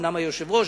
אומנם היושב-ראש,